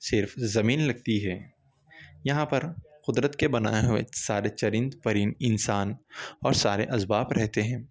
صرف زمین لگتی ہے یہاں پر قدرت کے بنائے ہوئے سارے چرند پرند انسان اور سارے اسباب رہتے ہیں